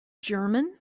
german